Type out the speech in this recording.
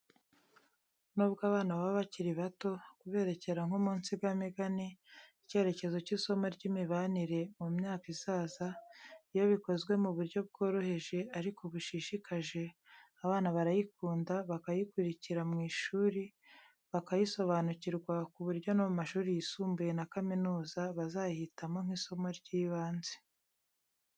Nubwo abana baba bakiri bato, kuberekera nko mu nsigamigani, icyerekezo cy'isomo ry'imibare mu myaka izaza, iyo bikozwe mu buryo bworoheje ariko bushishikaje abana barayikunda, bakayikurikira mu ishuri, bakayisobanukirwa ku buryo no mu mashuri yisumbuye na kaminuza, bazayihitamo nk'isomo ry'ibanze.